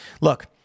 Look